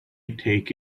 take